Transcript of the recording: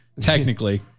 technically